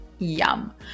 yum